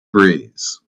breeze